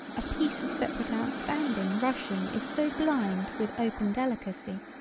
a piece of separate outstanding rushing is so blind with open delicacy.